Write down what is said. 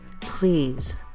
please